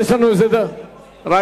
הוא לא יכול להסיר אחרי שהוא,